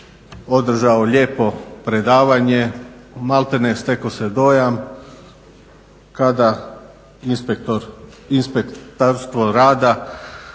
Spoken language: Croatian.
Hvala i vama.